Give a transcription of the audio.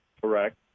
Correct